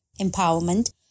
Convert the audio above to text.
empowerment